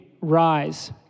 rise